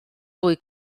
fwy